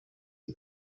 now